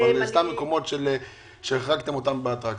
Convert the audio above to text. איזה מקומות החרגתם באטרקציות?